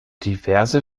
diverse